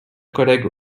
collègue